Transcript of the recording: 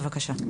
בבקשה.